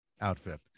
outfit